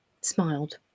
smiled